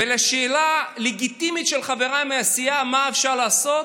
ולשאלה לגיטימית של חבריי מהסיעה, מה אפשר לעשות,